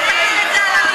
50 שנה תגיד את זה על,